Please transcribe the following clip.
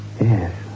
Yes